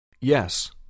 Yes